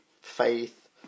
faith